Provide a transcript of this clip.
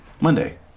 Monday